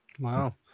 Wow